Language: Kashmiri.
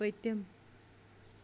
پٔتِم